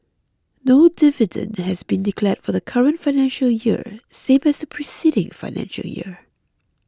no dividend has been declared for the current financial year same as the preceding financial year